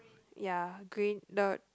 ya green the